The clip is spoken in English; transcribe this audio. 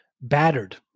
battered